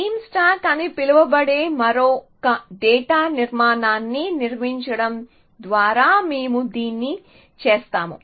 beam stack అని పిలువబడే మరొక డేటా నిర్మాణాన్ని నిర్వహించడం ద్వారా మేము దీన్ని చేస్తాము